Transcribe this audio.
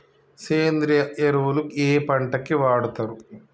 సేంద్రీయ ఎరువులు ఏ పంట కి వాడుతరు?